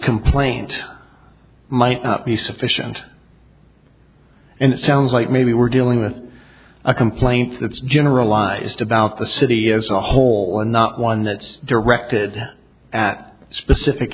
complaint might not be sufficient and it sounds like maybe we're dealing with a complaint that's generalized about the city as a whole and not one that's directed at specific